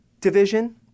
division